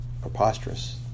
Preposterous